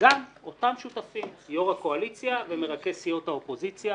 גם אותם שותפים יו"ר הקואליציה ומרכז סיעות האופוזיציה.